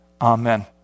Amen